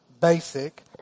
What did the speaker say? basic